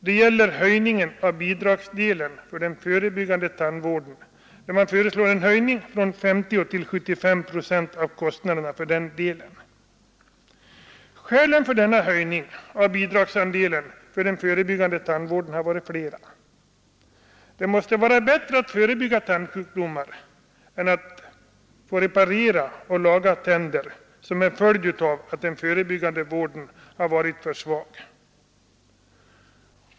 Det gäller höjningen av bidragsdelen för den förebyggande tandvården. Man föreslår en höjning från 50 procent till 75 procent av kostnaden för denna del. Skälen till höjning av bidragsandelen för den förebyggande tandvården har varit flera. Det måste vara bättre att förebygga tandsjukdomar än att reparera och laga tänder som en följd av att den förebyggande vården har varit för svag.